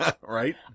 Right